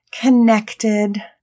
connected